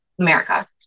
America